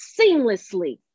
seamlessly